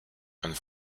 and